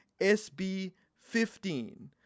SB15